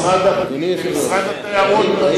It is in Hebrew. משרד הפנים ומשרד התיירות.